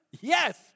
Yes